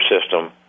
system